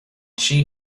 she